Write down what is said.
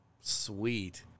Sweet